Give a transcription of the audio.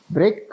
Break